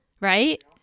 right